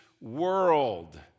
world